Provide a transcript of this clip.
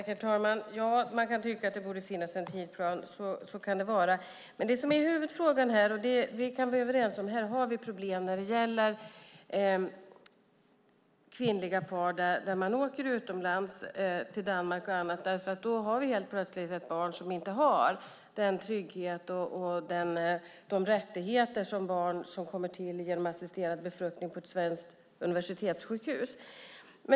Herr talman! Man kan tycka att det borde finnas en tidsplan. Men det som är huvudfrågan här, och det kan vi vara överens om, är att här har vi problem när det gäller kvinnliga par som åker utomlands till Danmark och andra länder, därför att då har vi plötsligt ett barn som inte har samma trygghet och rättigheter som barn som kommer till genom assisterad befruktning på ett svenskt universitetssjukhus.